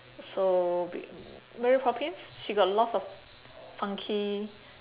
so be mary poppins she got lots of funky